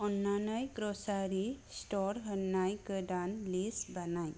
अन्नानै grocery store होन्नाय गोदान लिस्ट बानाय